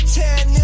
ten